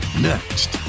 Next